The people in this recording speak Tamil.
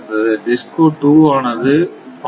DISCO 2 ஆனது 0